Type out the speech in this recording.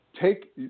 take